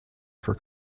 for